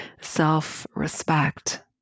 self-respect